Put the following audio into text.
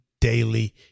daily